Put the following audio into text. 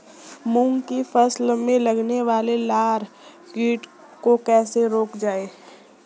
मूंग की फसल में लगने वाले लार कीट को कैसे रोका जाए?